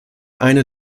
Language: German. eine